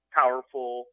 powerful